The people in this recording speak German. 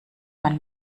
man